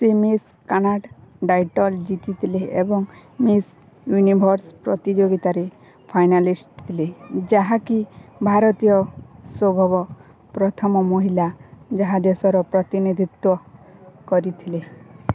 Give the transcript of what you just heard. ସେ Miss Canada title ଜିତିଥିଲେ ଏବଂ ମିସ୍ ୟୁନିଭର୍ସ ପ୍ରତିଯୋଗିତାରେ ଫାଇନାଲିଷ୍ଟ୍ ଥିଲେ ଯାହା କି ଭାରତୀୟ ଶୋଦ୍ଭବ ପ୍ରଥମ ମହିଳା ଯାହା ଦେଶର ପ୍ରତିନିଧିତ୍ୱ କରିଥିଲେ